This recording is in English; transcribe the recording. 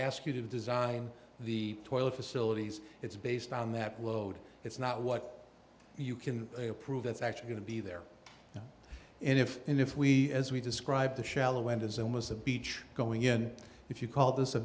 ask you to design the toilet facilities it's based on that load it's not what you can prove it's actually going to be there and if and if we as we described the shallow end is almost a beach going in if you call this a